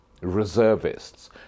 reservists